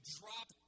drop